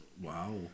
Wow